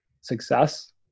success